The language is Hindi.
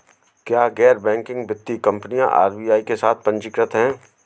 क्या गैर बैंकिंग वित्तीय कंपनियां आर.बी.आई के साथ पंजीकृत हैं?